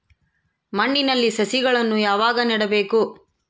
ಮಣ್ಣಿನಲ್ಲಿ ಸಸಿಗಳನ್ನು ಯಾವಾಗ ನೆಡಬೇಕು?